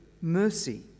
mercy